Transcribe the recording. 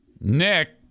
Nick